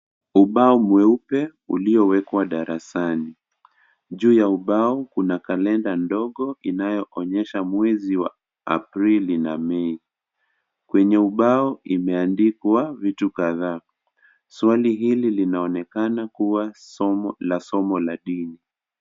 Ubao mweupe uliowekwa darasani, juu ya ubao kuna kalenda ndogo inayoonyesha mwezi wa Aprili na Mei kwenye ubao imeandikwa vitu kadhaa ,swali hili linaonekana kuwa la somo la dhini.